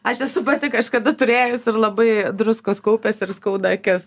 aš esu pati kažkada turėjus ir labai druskos kaupias ir skauda akis